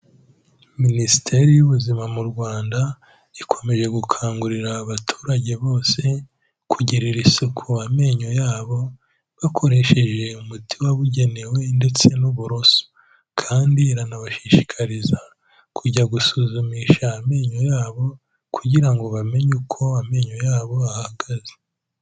Minisiteri y'Ubuzima mu Rwanda ikomeje gukangurira abaturage bose kugirira isuku amenyo yabo bakoresheje umuti wabugenewe ndetse n'uburoso, kandi iranabashishikariza kujya gusuzumisha amenyo yabo kugira ngo bamenye uko amenyo yabo ahagaze.